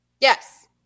Yes